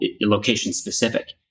location-specific